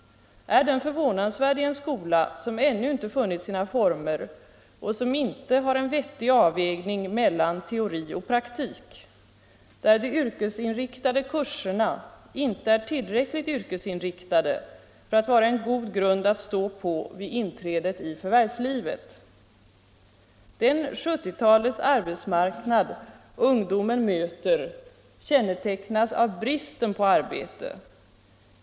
Är den förvånansvärd i en skola som ännu inte funnit sina former och som inte har en vettig avvägning mellan teori och praktik, där de yrkesinriktade kurserna inte är tillräckligt yrkesinriktade för att vara en god grund att stå på vid inträdet i förvärvslivet? Den 1970-talets arbetsmarknad ungdomen möter kännetecknas av bristen på arbete.